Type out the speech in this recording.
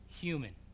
human